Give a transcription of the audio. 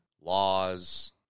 laws